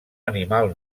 animal